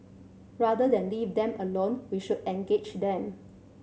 rather than leave them alone we should engage then